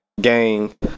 gang